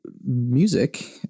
music